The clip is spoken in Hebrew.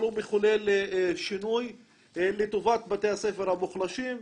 אבל הוא מחולל שינוי לטובת בתי הספר המוחלשים,